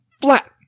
flat